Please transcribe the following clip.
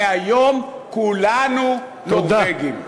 מהיום כולנו נורבגים.